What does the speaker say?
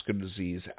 disease